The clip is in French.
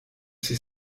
ses